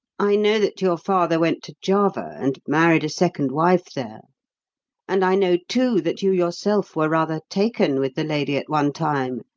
i know that your father went to java, and married a second wife there and i know, too, that you yourself were rather taken with the lady at one time,